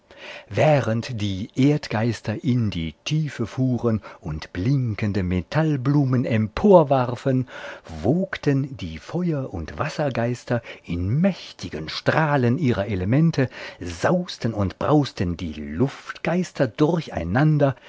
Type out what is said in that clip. während die erdgeister in die tiefe fuhren und blinkende metallblumen emporwarfen wogten die feuer und wassergeister in mächtigen strahlen ihrer elemente sausten und brausten die luftgeister